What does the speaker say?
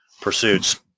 pursuits